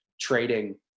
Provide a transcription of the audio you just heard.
trading